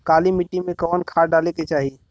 काली मिट्टी में कवन खाद डाले के चाही?